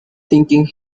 thinking